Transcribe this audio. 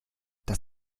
das